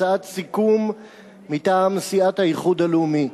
הצעת סיכום מטעם סיעת האיחוד הלאומי: